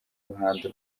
ruhando